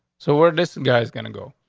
so where this guy's gonna go?